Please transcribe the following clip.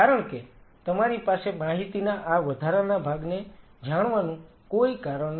કારણ કે તમારી પાસે માહિતીના આ વધારાના ભાગને જાણવાનું કોઈ કારણ નથી